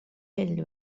ell